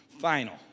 Final